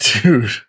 dude